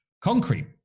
concrete